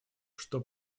что